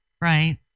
Right